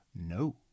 No